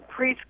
Preschool